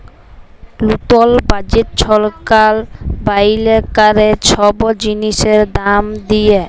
লতুল বাজেট ছরকার বাইর ক্যরে ছব জিলিসের দাম দিঁয়ে